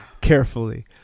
Carefully